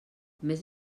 més